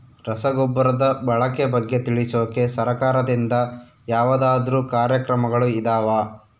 ರಸಗೊಬ್ಬರದ ಬಳಕೆ ಬಗ್ಗೆ ತಿಳಿಸೊಕೆ ಸರಕಾರದಿಂದ ಯಾವದಾದ್ರು ಕಾರ್ಯಕ್ರಮಗಳು ಇದಾವ?